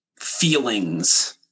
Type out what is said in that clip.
feelings